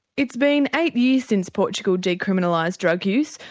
it's been eight years since portugal decriminalised drug use,